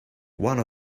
one